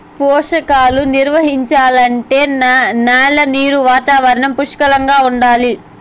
పోషకాలు నిర్వహించాలంటే న్యాల నీరు వాతావరణం పుష్కలంగా ఉండాలి